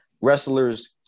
wrestlers